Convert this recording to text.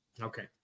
Okay